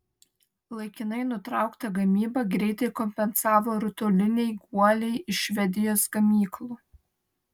laikinai nutrauktą gamybą greitai kompensavo rutuliniai guoliai iš švedijos gamyklų